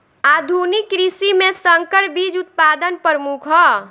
आधुनिक कृषि में संकर बीज उत्पादन प्रमुख ह